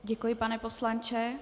Děkuji, pane poslanče.